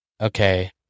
okay